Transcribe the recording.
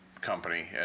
company